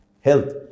health